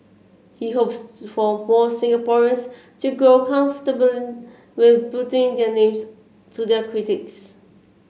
he hopes for more Singaporeans to grow comfortable with putting their names to their critiques